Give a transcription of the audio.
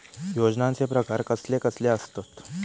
योजनांचे प्रकार कसले कसले असतत?